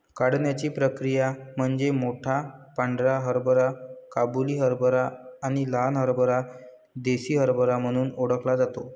वाढण्याची प्रक्रिया म्हणजे मोठा पांढरा हरभरा काबुली हरभरा आणि लहान हरभरा देसी हरभरा म्हणून ओळखला जातो